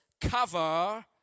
cover